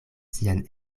sian